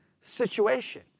situation